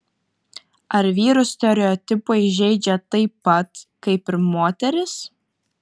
ar vyrus stereotipai žeidžia taip pat kaip ir moteris